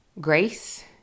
grace